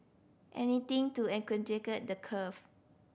anything to the curve